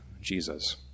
Jesus